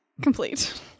complete